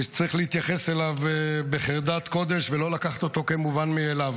שצריך להתייחס אליו בחרדת קודש ולא לקחת אותו כמובן מאליו.